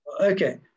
okay